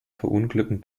verunglücken